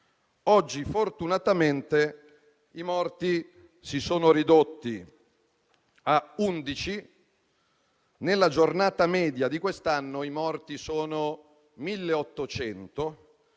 Oggi, fortunatamente, i morti si sono ridotti a 11. In una giornata media di quest'anno, i morti erano 1.800;